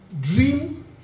dream